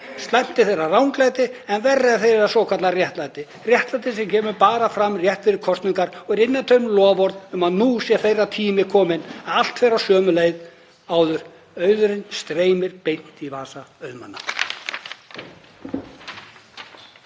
Slæmt er þeirra ranglæti en verra er svokallað réttlæti, réttlæti sem kemur bara fram rétt fyrir kosningar og eru innantóm loforð um að nú sé þeirra tími kominn. Allt fer á sömu leið áður: Auðurinn streymir beint í vasa auðmanna.